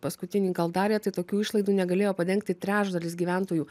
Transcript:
paskutinį gal darė tai tokių išlaidų negalėjo padengti trečdalis gyventojų